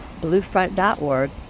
bluefront.org